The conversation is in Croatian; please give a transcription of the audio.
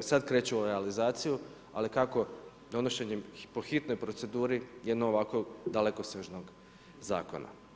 sada kreće u realizaciju, ali kako donošenje po hitnoj proceduri jednog ovako dalekosežnog zakona.